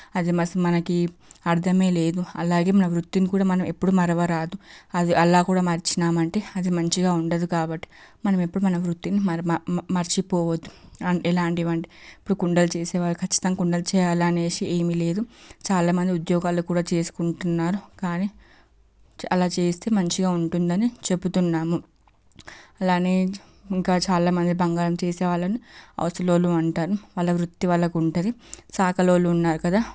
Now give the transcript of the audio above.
అది మస మనకి అర్థమే లేదు అలాగే మన వృత్తిని కూడా మనం ఎప్పుడు మరవరాదు అది అలా కూడా మరిచి పోయామంటే అది మంచిగా ఉండదు కాబట్టి మనం ఎప్పుడు మన వృత్తిని మన మర్చిపోవద్దు అంటే ఎలాంటివంటే ఇప్పుడు కుండలు చేసే వాళ్ళు ఖచ్చితంగా కుండలు చెయ్యాలని ఏమీ లేదు చాలా మంది ఉద్యోగాలు కూడా చేసుకుంటున్నారు కానీ అలా చేస్తే మంచిగా ఉంటుంది అని చెబుతూ ఉన్నాము అలాగే ఇంకా చాలా మంది బంగారం చేసేవాళ్ళను అవసలోళ్ళు అంటారు వాళ్ళ వృత్తి వాళ్ళకి ఉంటుంది చాకలోళ్ళు ఉన్నారు కదా